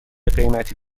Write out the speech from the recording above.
قیمتی